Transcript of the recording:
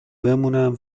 بمونم